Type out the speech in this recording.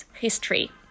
history